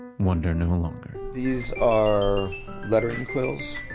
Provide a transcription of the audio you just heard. wonder no longer these are lettering quills,